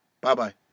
Bye-bye